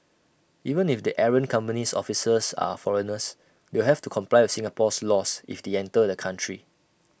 even if the errant company's officers are foreigners they have to comply with Singapore's laws if they enter the country